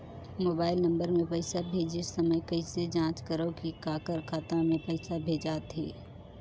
Mobile number मे पइसा भेजे समय कइसे जांच करव की काकर खाता मे पइसा भेजात हे?